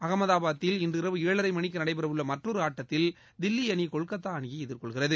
அஹமதாபாத்தில் இன்றிரவு ஏழரை மணிக்கு நடைபெறவுள்ள மற்றொரு ஆட்டத்தில் தில்லி அணி கொல்கத்தா அணியை சந்திக்கிறது